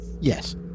Yes